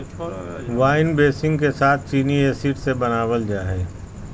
wine बेसींग के साथ चीनी एसिड से बनाबल जा हइ